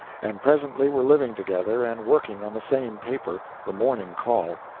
and presently were living together and working on the same paper, the morning call,